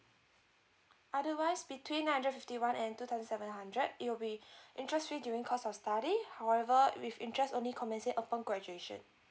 otherwise between nine hundred and fifty one and two thousand seven hundred it will be interest free during course of study however with interest only commence say upon graduation